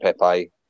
Pepe